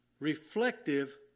reflective